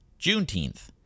Juneteenth